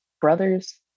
brothers